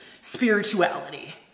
spirituality